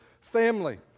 family